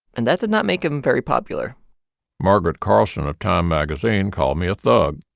and that did not make him very popular margaret carlson of time magazine called me a thug